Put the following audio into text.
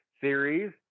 series